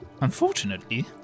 unfortunately